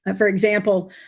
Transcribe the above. but for example,